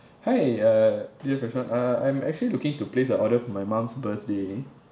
hi uh D F restaurant uh I'm actually looking to place a order my mum's birthday